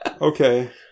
okay